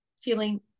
feeling